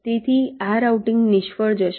તેથી આ રાઉટીંગ નિષ્ફળ જશે